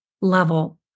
level